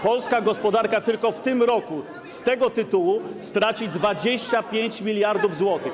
Polska gospodarka tylko w tym roku z tego tytułu straci 25 mld zł.